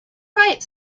right